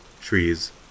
trees